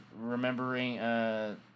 remembering